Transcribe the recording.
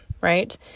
right